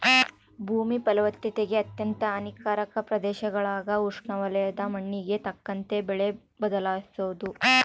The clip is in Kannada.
ಭೂಮಿ ಫಲವತ್ತತೆಗೆ ಅತ್ಯಂತ ಹಾನಿಕಾರಕ ಪ್ರದೇಶಗುಳಾಗ ಉಷ್ಣವಲಯದ ಮಣ್ಣಿಗೆ ತಕ್ಕಂತೆ ಬೆಳೆ ಬದಲಿಸೋದು